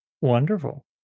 Wonderful